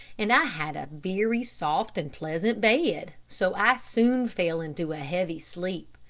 and i had a very soft and pleasant bed, so i soon fell into a heavy sleep.